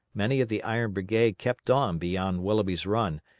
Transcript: many of the iron brigade kept on beyond willoughby's run,